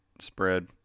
spread